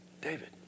David